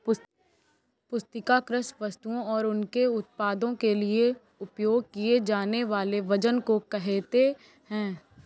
पुस्तिका कृषि वस्तुओं और उनके उत्पादों के लिए उपयोग किए जानेवाले वजन को कहेते है